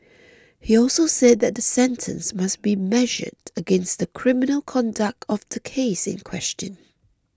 he also said that the sentence must be measured against the criminal conduct of the case in question